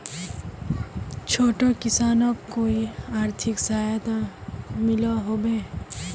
छोटो किसानोक कोई आर्थिक सहायता मिलोहो होबे?